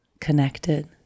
connected